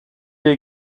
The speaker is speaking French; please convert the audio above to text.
est